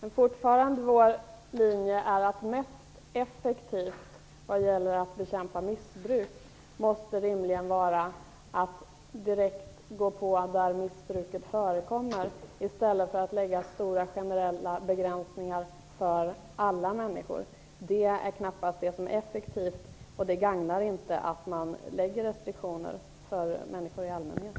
Herr talman! Vår linje är att det mest effektiva sättet att bekämpa missbruk rimligen måste vara att gripa in där missbruket förekommer i stället för att införa stora generella begränsningar för alla människor. Det är knappast effektivt. Det gagnar inte saken att införa restriktioner för människor i allmänhet.